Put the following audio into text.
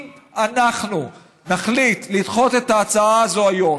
אם אנחנו נחליט לדחות את ההצעה הזאת היום,